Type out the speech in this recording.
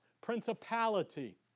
principality